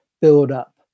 build-up